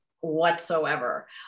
whatsoever